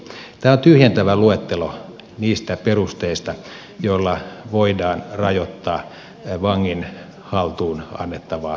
tämä on tyhjentävä luettelo niistä perusteista joilla voidaan rajoittaa vangin haltuun annettavaa omaisuutta